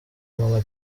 mama